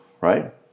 right